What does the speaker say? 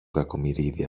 κακομοιρίδη